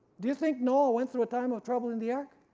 do you think noah went through a time of trouble in the ark?